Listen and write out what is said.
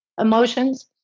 emotions